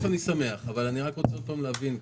אני שמח אבל אני רוצה להבין,